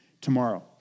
tomorrow